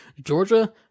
Georgia